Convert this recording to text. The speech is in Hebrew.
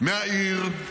-- מהעיר,